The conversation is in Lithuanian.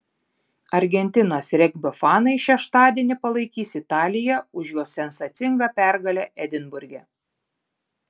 argentinos regbio fanai šeštadienį palaikys italiją už jos sensacingą pergalę edinburge